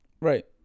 Right